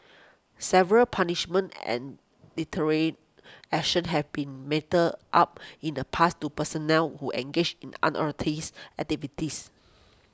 severe punishments and deterrent action have been meted out in the past to personnel who engaged in unauthorised activities